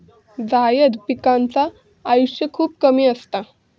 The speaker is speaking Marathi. जायद पिकांचा आयुष्य खूप कमी असता